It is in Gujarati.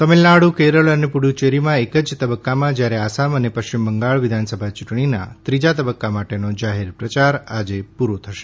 તમિલનાડ઼ કેરળ અને પુફ્યેરીમાં એક જ તબક્કામાં જ્યારે આસામ અને પશ્ચિમ બંગાળ વિધાનસભા ચૂંટણીના ત્રીજા તબક્કા માટેનો જાહેર પ્રચાર આજે પૂરો થશે